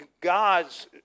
God's